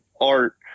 art